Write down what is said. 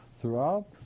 throughout